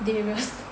Darius